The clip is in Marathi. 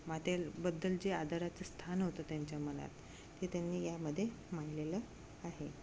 मातेबद्दल जे आदाराचं स्थान होतं त्यांच्या मनात ते त्यांनी यामध्ये मांडलेलं आहे